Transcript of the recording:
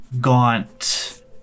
gaunt